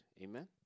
Amen